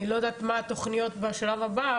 אני לא יודעת מה התכניות שלך לשלב הבא,